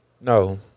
No